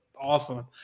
awesome